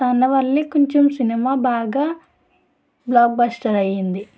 తన వల్లే కొంచెం సినిమా బాగా బ్లాక్ బస్టర్ అయింది